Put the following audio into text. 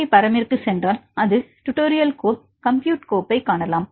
B பரமிற்குச் சென்றால் அது டுடோரியல் கோப்பு கம்ப்யூட் கோப்பைக் காணலாம்